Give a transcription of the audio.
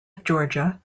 georgia